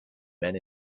men